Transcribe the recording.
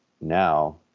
now